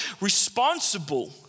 responsible